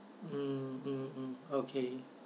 mm mm mm okay